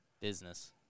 Business